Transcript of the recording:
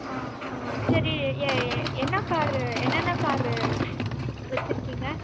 ஆ ஆ சரி என்ன காரு என்ன என்ன காரு வச்சுருக்கிங்க